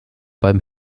beim